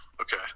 Okay